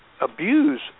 abuse